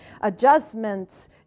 adjustments